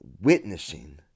witnessing